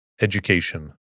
Education